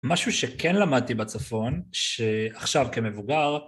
משהו שכן למדתי בצפון, שעכשיו כמבוגר...